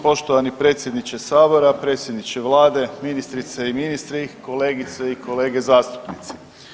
Poštovani predsjedniče Sabora, predsjedniče Vlade, ministrice i ministri, kolegice i kolege zastupnici.